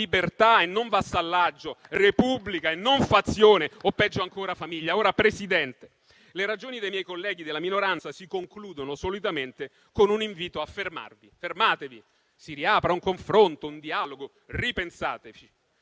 libertà e non vassallaggio, Repubblica e non fazione o, peggio ancora, famiglia. Signor Presidente, le ragioni dei miei colleghi della minoranza si concludono solitamente con un invito a fermarvi: fermatevi, si riapra un confronto, un dialogo, ripensateci.